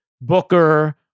Booker